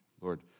Lord